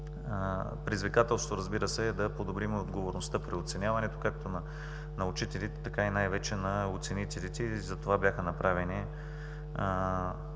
Предизвикателство е, разбира се, да подобрим отговорността при оценяването както на учителите, така най-вече на оценителите и затова бяха направени